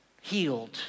healed